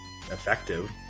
Effective